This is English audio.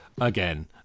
again